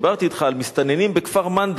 דיברתי אתך על מסתננים בכפר-מנדא.